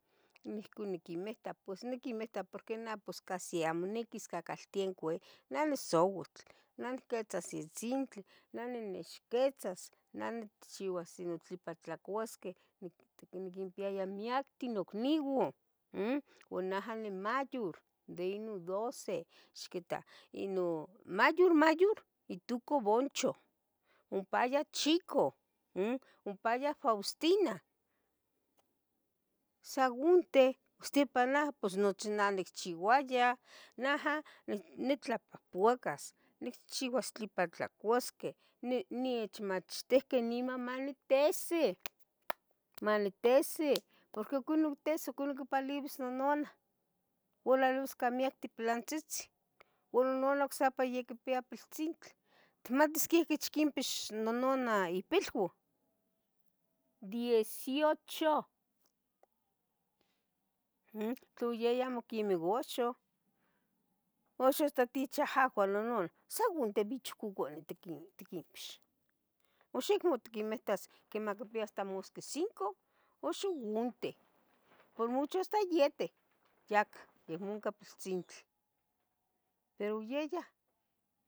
Nah ohcon niquimita pos niquimita porqie nah pos casi amo niquis cacaltenco he, neh nisouatl, neh nicquitzas in sintli, neh ninixquitzas, neh nicchiuas tlen patlacuasqueh, niquinpiaaya miaqueh nocniua umm, uan naha nimayor de inon doce, ixquita, inomayor mayor itooco Buncho, ompa yah Chico umm, ompa yah Faustina saunteh ocsipa nah pos nochi nah nicchiuaya naha ni- nitlapuapacas, nicchiuas tli patlacuasqueh ni- nichmachtihqueh nimaman manitesih, manitesih purco ohcon nites ohcon nicpalebis nononah ualalusca miac pilantzitzi, uan nononah ocsipa yaquipia piltzintli, itmatis quexquich quinpix nononah ipilua, dieciocho, umm tla oyaya amo quemeh uxa, uxa hasta tich ahahua nononah saun tibichcoconeh tiqui tiquimpix ux acmo itquimitas quemacpia hasta mos de cinco uxa unteh por mucho hasta iete yac yeh ohnca piltzintli, pero yeyah